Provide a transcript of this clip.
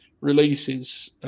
releases –